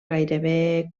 gairebé